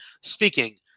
speaking